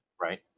Right